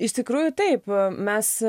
iš tikrųjų taip mes